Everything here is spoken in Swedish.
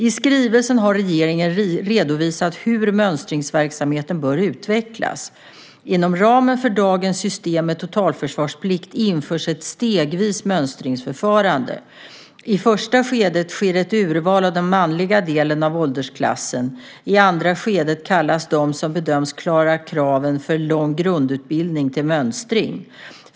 I skrivelsen har regeringen redovisat hur mönstringsverksamheten bör utvecklas. Inom ramen för dagens system med totalförsvarsplikt införs ett stegvis mönstringsförfarande. I första skedet sker ett urval av den manliga delen av åldersklassen. I andra skedet kallas dem som bedöms klara kraven för lång grundutbildning till mönstring.